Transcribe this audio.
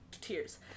Tears